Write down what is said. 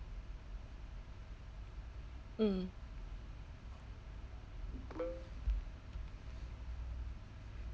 mm